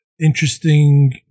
interesting